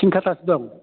थिन खाथासो दं